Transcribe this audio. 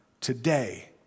today